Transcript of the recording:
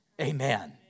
Amen